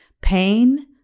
pain